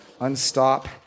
unstop